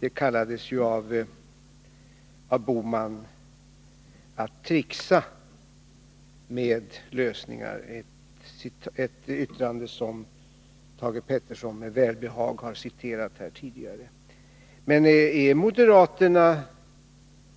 Det kallades av Gösta Bohman för att ”trixa” med lösningar — ett yttrande som Thage Peterson med välbehag har citerat tidigare. Men är moderaterna